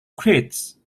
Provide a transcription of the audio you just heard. creates